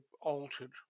altered